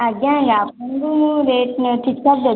ଆଜ୍ଞା ଆଜ୍ଞା ଆପଣଙ୍କୁ ମୁଁ ରେଟ୍ ଠିକ୍ ଠାକ୍ ଦେବି